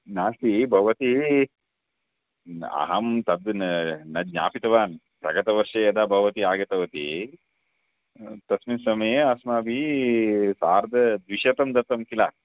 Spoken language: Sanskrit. नास्ति भवती अहं तद् न न ज्ञापितवान् प्रगतवर्षे यदा भवती आगतवती तस्मिन् समये अस्माभिः सार्ध द्विशतं दत्तं किल